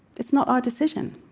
it's not our decision.